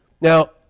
Now